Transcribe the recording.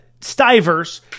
stivers